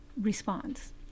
response